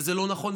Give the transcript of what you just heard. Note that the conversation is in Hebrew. זה לא נכון,